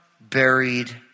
buried